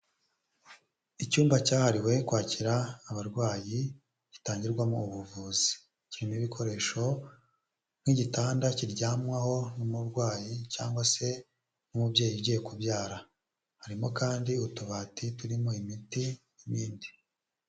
Icyumba cyahariwe kwakira abarwayi gitangirwamo ubuvuzi, kirimo ibikoresho nk'igitanda kiryamwaho n'umurwayi cyangwa se nk'umubyeyi ugiye kubyara harimo kandi utubati turimo imiti n'ibindi.